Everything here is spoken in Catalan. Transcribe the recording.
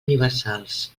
universals